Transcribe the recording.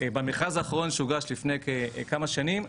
במכרז האחרון שהוגש לפני כמה שנים,